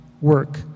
work